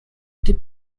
gdy